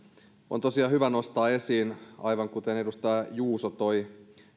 on tosiaan hyvä nostaa esiin aivan kuten edustaja juuso toi